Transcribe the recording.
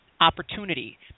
opportunity